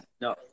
No